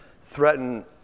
threaten